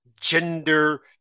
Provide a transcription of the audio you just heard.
Gender